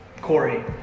Corey